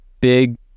big